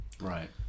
Right